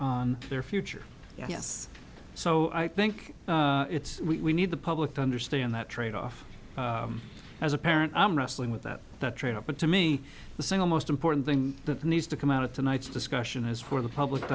on their future yes so i think it's we need the public to understand that tradeoff as a parent i'm wrestling with that tradeoff but to me the single most important thing that needs to come out of tonight's discussion is for the public to